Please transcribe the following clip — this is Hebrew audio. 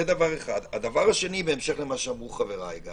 דבר שני, בהמשך למה שאמרו חבריי,